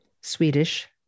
Swedish